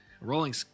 Rolling